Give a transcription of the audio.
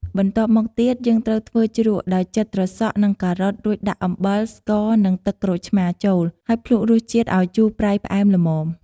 បន្ទាប់មកទៀត យើងត្រូវធ្វើជ្រក់ ដោយចិតត្រសក់នឹងការ៉ុត រួចដាក់អំបិល ស្ករ នឹងទឹកក្រូចឆ្មារចូល ហើយភ្លក្សរសជាតិឱ្យជូរប្រៃផ្អែមល្មម។